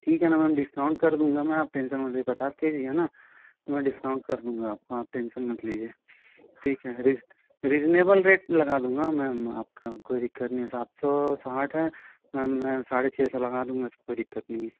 ठीक है ना मैम डिस्काउंट कर दूँगा मैं आप टेंशन मत लीजिए पचास के जी है ना तो मैं डिस्काउंट कर दूँगा आपका आप टेंशन मत लीजिए ठीक है रिज़ रिजनेयबल रेट लगा दूँगा मैम आपका कोई दिक्कत नहीं सात सौ साठ है मैम मैं साढ़े छ सौ लगा दूँगा इससे कोई दिक्कत नहीं